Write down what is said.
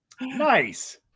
Nice